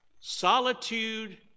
solitude